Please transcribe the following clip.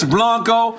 Blanco